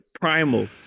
Primal